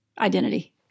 identity